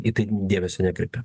į tai dėmesio nekreipia